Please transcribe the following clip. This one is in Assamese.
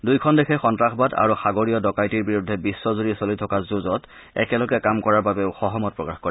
দুয়োখন দেশে সন্তাসবাদ আৰু সাগৰীয় ডকাইতিৰ বিৰুদ্ধে বিশ্বজুৰি চলি থকা যুঁজত একেলগে কাম কৰাৰ বাবেও সহমত প্ৰকাশ কৰে